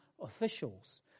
officials